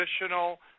additional